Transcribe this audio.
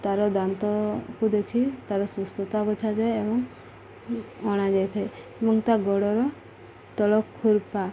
ତାର ଦାନ୍ତକୁ ଦେଖି ତାର ସୁସ୍ଥତା ବୁଝାଯାଏ ଏବଂ ଅଣାଯାଇଥାଏ ଏବଂ ତା ଗୋଡ଼ର ତଳ ଖୁର୍ପା